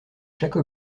chaque